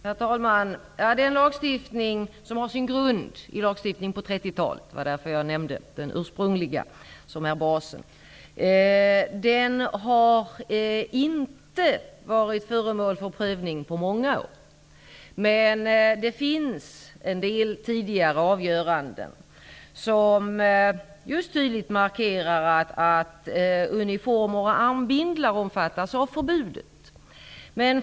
Herr talman! Den nuvarande lagen har sin grund i lagstiftning på 1930-talet, vilket är anledningen till att jag nämnde den i svaret. Lagen har inte varit föremål för prövning på många år, men det finns en del tidigare avgöranden som tydligt markerar att uniformer och armbindlar omfattas av förbudet.